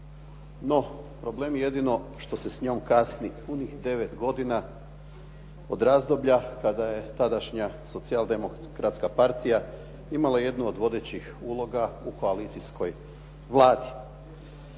No, problem je jedino što se s njom kasni punih devet godina od razdoblja kada je tadašnja Socijaldemokratska partija imala jednu od vodećih uloga u koalicijskoj Vladi.